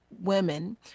women